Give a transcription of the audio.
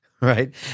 right